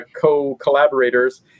co-collaborators